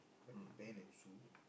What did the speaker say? what Ben and Sue